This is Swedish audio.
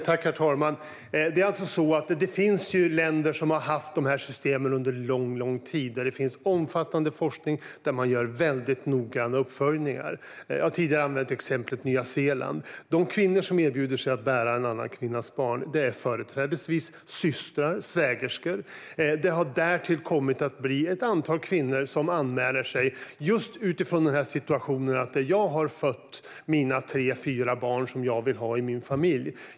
Herr talman! Det finns länder som har haft de här systemen under lång tid. Där finns omfattande forskning, och man gör väldigt noggranna uppföljningar. Jag har använt Nya Zeeland som exempel. De kvinnor som erbjuder sig att bära en annan kvinnas barn är företrädesvis systrar och svägerskor. Det har därtill kommit ett antal kvinnor som har anmält sig just utifrån att man har fött de tre fyra barn som man vill ha i sin familj.